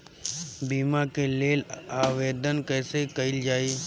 बीमा के लेल आवेदन कैसे कयील जाइ?